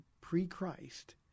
pre-Christ